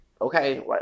Okay